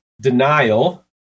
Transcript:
Denial